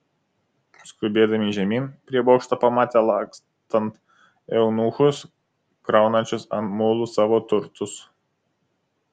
skubėdami žemyn prie bokšto pamatė lakstant eunuchus kraunančius ant mulų savo turtus